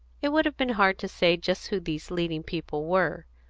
it would have been hard to say just who these leading people were.